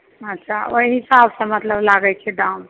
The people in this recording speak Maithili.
अच्छा ओहि हिसाबसँ मतलब लागैत छै दाम